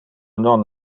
non